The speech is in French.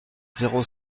zéro